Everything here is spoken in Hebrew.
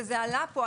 וזה עלה פה,